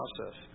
process